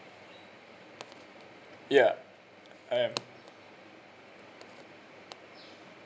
yeah I am